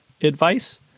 advice